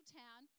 town